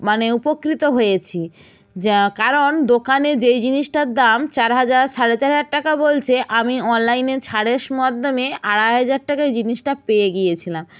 মানে উপকৃত হয়েছি যা কারণ দোকানে যেই জিনিসটার দাম চার হাজার সাড়ে চার হাজার টাকা বলছে আমি অনলাইনে ছাড়ের মাধ্যমে আড়াই হাজার টাকায় জিনিসটা পেয়ে গিয়েছিলাম